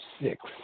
six